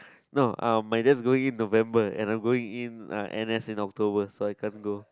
no uh my dad is going in November and I'm going in n_s in October so I can't go